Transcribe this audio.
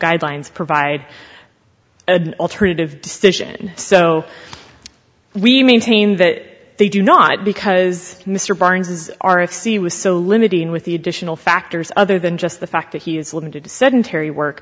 guidelines provide alternative decision so we maintain that they do not because mr barnes is r f c was so limiting with the additional factors other than just the fact that he is limited to sedentary work